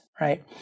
right